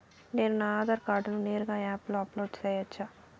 నేను నా ఆధార్ కార్డును నేరుగా యాప్ లో అప్లోడ్ సేయొచ్చా?